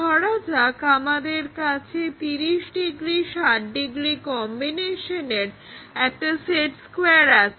ধরা যাক আমাদের কাছে 30° 60° কম্বিনেশনের একটা সেট স্কোয়্যার আছে